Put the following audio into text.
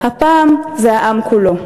הפעם זה העם כולו.